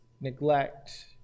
neglect